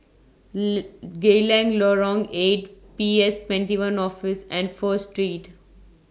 Geylang Lorong eight P S twenty one Office and First Street